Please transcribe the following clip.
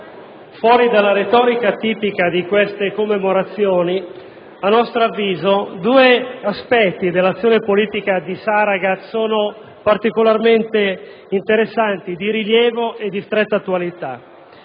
fuori dalla retorica tipica di queste comemorazioni, a nostro avviso due aspetti dell'azione politica di Saragat sono particolarmente interessanti, di rilievo e di stretta attualità: